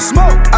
Smoke